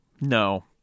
no